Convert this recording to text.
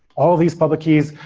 all these public keys,